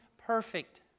perfect